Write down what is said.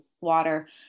Water